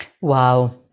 Wow